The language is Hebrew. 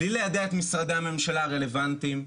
בלי ליידע את משרדי הממשלה הרלוונטיים.